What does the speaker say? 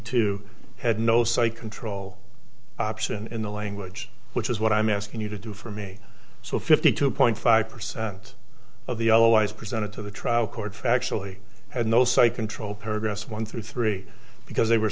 two had no sight control option in the language which is what i'm asking you to do for me so fifty two point five percent of the otherwise presented to the trial court actually had no cite controlled paragraphs one through three because they were